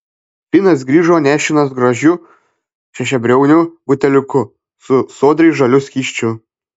finas grįžo nešinas gražiu šešiabriauniu buteliuku su sodriai žaliu skysčiu